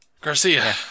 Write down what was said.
Garcia